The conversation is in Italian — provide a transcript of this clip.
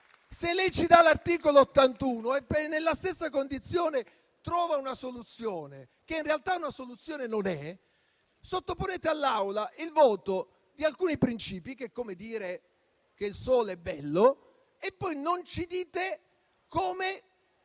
81 della Costituzione e poi nella stessa condizione trova una soluzione che in realtà una soluzione non è, sottoponete all'Assemblea il voto di alcuni principi, il che è come dire che il sole è bello e poi non ci dite come